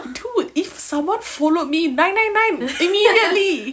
dude if someone followed me nine nine nine immediately